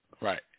Right